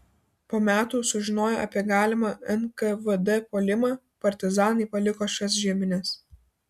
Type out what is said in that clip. po metų sužinoję apie galimą nkvd puolimą partizanai paliko šias žiemines